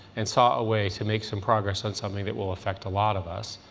and saw a way to make some progress on something that will affect a lot of us.